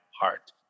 heart